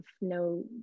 no